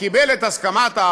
וקיבל בעיקר את הסכמת,